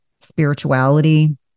spirituality